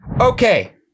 Okay